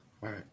right